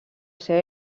seva